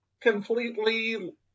completely